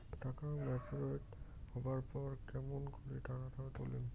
টাকা ম্যাচিওরড হবার পর কেমন করি টাকাটা তুলিম?